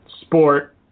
sport